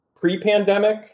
pre-pandemic